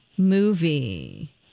Movie